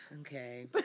Okay